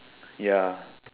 ya